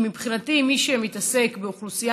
כי מבחינתי מי שמתעסק באוכלוסייה